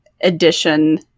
edition